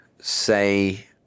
say